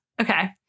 Okay